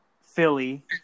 Philly